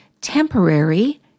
temporary